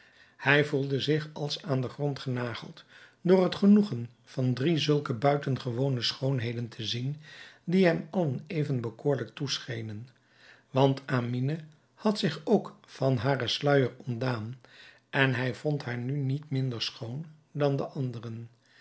hij gevoelde zich als aan den grond genageld door het genoegen van drie zulke buitengewone schoonheden te zien die hem allen even bekoorlijk toeschenen want amine had zich ook van haren sluijer ontdaan en hij vond haar nu niet minder schoon dan de anderen